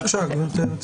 בבקשה, גברתי היועצת.